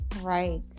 right